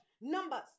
numbers